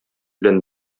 белән